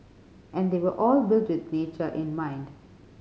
and they were all built with nature in mind